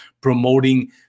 promoting